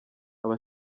aba